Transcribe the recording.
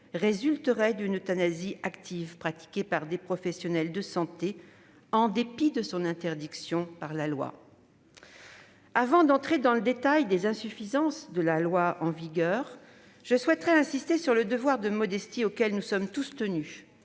résulteraient d'une euthanasie active pratiquée par des professionnels de santé en dépit de son interdiction par la loi. Avant d'entrer dans le détail des insuffisances de la loi en vigueur, j'insisterai sur le devoir de modestie auquel nous sommes tous tenus,